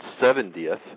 seventieth